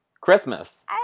christmas